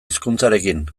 hizkuntzarekin